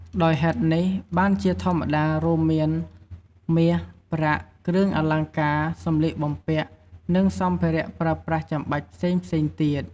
ដោយហេតុនេះ បានជាធម្មតារួមមាន មាស ប្រាក់ គ្រឿងអលង្ការ សម្លៀកបំពាក់ និងសម្ភារៈប្រើប្រាស់ចាំបាច់ផ្សេងៗទៀត។